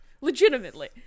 legitimately